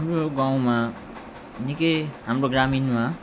मेरो गाउँमा निकै हाम्रो ग्रामीणमा